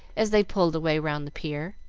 as they pulled away round the pier.